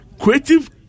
Creative